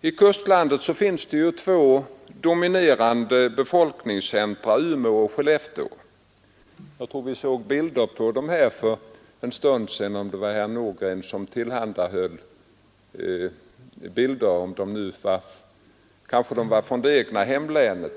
I kustlandet finns två dominerande befolkningscentra, Umeå och Skellefteå. — Jag tror vi såg bilder, som herr Nordgren visade, därifrån för en stund sedan — eller var de kanske från det egna hemlänet?